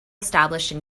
established